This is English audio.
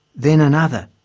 then another.